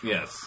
Yes